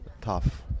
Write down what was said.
tough